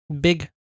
big